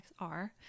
XR